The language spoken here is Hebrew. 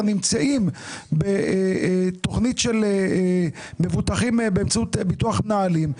נמצאים בתוכנית של מבוטחים באמצעות ביטוח מנהלים,